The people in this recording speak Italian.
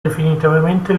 definitivamente